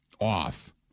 off